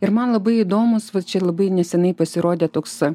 ir man labai įdomūs va čia labai neseniai pasirodė toks